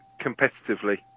competitively